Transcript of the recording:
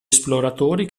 esploratori